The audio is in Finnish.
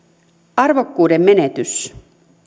arvokkuuden menetys